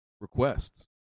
requests